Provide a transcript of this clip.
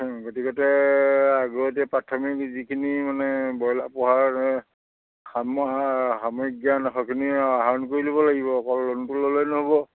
গতিকেলে আগতে প্ৰাথমিক যিখিনি মানে ব্ৰইলাৰ পোহাৰ সাম সামৰিক জ্ঞান সেইখিনি আহৰণ কৰি ল'ব লাগিব অকল লোনটো ল'লেই নহ'ব